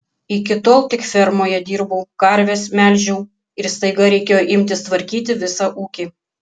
iki tol tik fermoje dirbau karves melžiau ir staiga reikėjo imtis tvarkyti visą ūkį